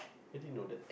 how did you know that